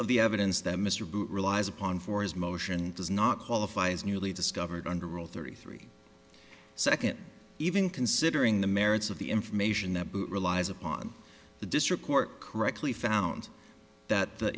the evidence that mr bush relies upon for his motion does not qualify as newly discovered underworld thirty three second even considering the merits of the information that relies upon the district court correctly found that the